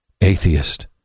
Atheist